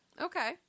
Okay